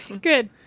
Good